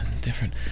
different